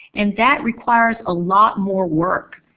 and that requires a lot more work.